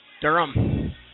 Durham